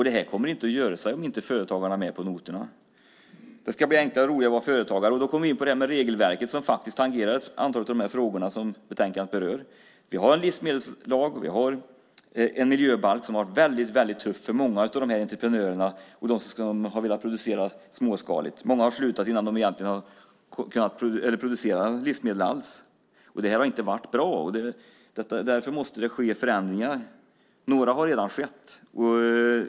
Det kommer inte att ske om inte företagarna är med på noterna. Det ska bli enklare och roligare att vara företagare. Då kommer vi in på regelverket som tangerar ett antal av de frågor som betänkandet berör. Vi har en livsmedelslag och en miljöbalk som har varit väldigt tuff för många av dessa entreprenörer som har velat producera småskaligt. De har slutat innan de egentligen har kunnat producera livsmedel alls. Det har inte varit bra. Därför måste det ske förändringar. Några har redan skett.